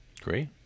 great